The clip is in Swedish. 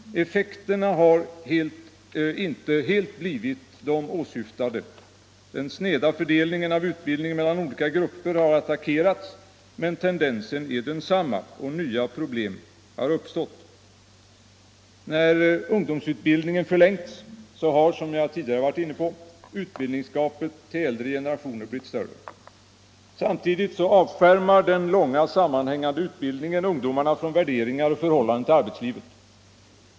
Effekterna har inte helt blivit de åsyftade. Den sneda fördelningen av utbildning mellan olika grupper har attackerats, men tendensen är densamma och nya problem har uppstått. När ungdomsutbildningen förlängts har, som jag tidigare varit inne på, utbildningsgapet till äldre generationer blivit större. Samtidigt avskärmar den långa sammanhängande utbildningen ungdomarna från värderingar och förhållanden till arbetslivet.